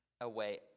away